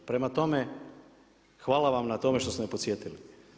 Prema tome, hvala vam na tome što ste me podsjetili.